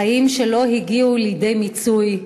חיים שלא הגיעו לידי מיצוי,